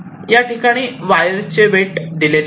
याठिकाणी वायर चे वेट दिलेले आहे